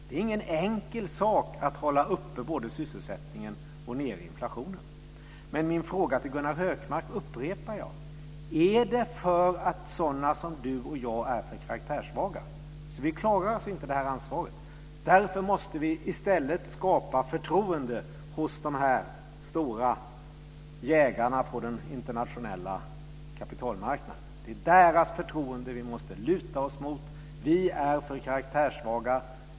Det är inte någon enkel sak att både hålla uppe sysselsättningen och nere inflationen. Min fråga till Gunnar Hökmark upprepar jag: Är det för att sådana som han och jag är för karaktärssvaga? Vi klarar alltså inte ansvaret? Därför måste vi i stället skapa förtroende hos de stora jägarna på den internationella kapitalmarknaden. Det är deras förtroende vi måste luta oss mot. Vi är för karaktärssvaga.